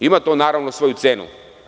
Ima to naravno svoju cenu.